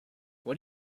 what